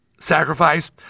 sacrifice